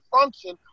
function